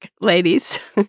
ladies